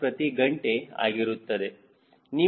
5 ಪ್ರತಿ ಗಂಟೆ ಆಗಿರುತ್ತದೆ